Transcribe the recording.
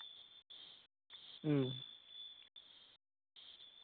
ᱦᱮᱸ